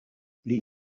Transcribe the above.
pli